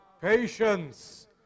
patience